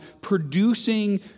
producing